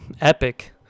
Epic